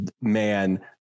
man